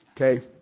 Okay